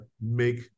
make